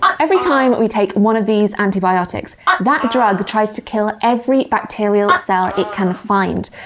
every time we take one of these antibiotics, that drug tries to kill every bacterial cell it can find,